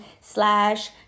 slash